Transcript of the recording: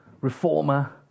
reformer